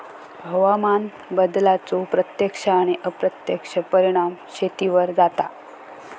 हवामान बदलाचो प्रत्यक्ष आणि अप्रत्यक्ष परिणाम शेतीवर जाता